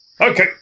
Okay